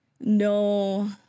no